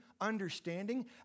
understanding